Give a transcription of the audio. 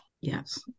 Yes